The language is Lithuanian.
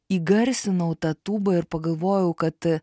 įgarsinau tą tūbą ir pagalvojau kad